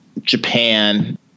Japan